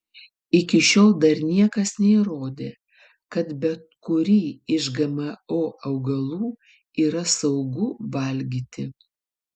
iki šiol dar niekas neįrodė kad bet kurį iš gmo augalų yra saugu valgyti